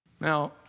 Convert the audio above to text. Now